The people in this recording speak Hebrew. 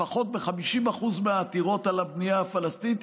לפחות ב-50% מהעתירות על הבנייה הפלסטינית,